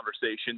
conversation